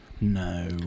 No